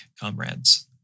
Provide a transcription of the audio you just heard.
comrades